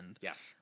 yes